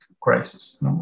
crisis